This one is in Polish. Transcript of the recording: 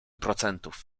procentów